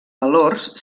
valors